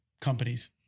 companies